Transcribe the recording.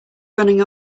running